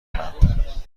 کنم